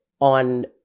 on